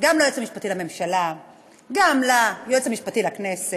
גם ליועץ המשפטי לממשלה, גם ליועץ המשפטי לכנסת,